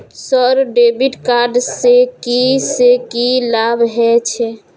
Sir debit card से की से की लाभ हे छे?